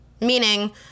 meaning